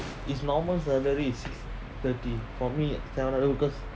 it's normal salary is six thirty for me seven hundred because